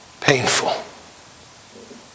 painful